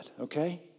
okay